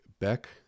Beck